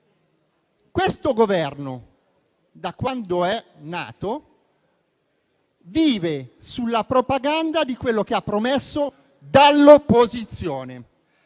questo Governo, da quando è nato, vive sulla propaganda di ciò che ha promesso dall'opposizione;